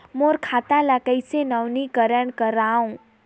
मोर खाता ल कइसे नवीनीकरण कराओ?